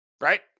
Right